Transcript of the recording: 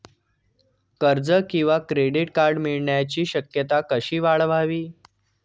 कर्ज किंवा credit card मिळण्याची शक्यता कशी वाढवावी?